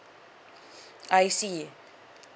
I see